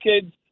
kids